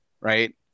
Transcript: right